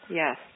yes